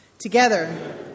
Together